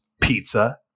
Pizza